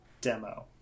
demo